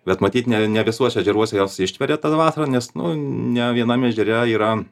bet matyt ne ne visuose ežeruose jos ištveria ten vasarą nes ne vienam ežere yra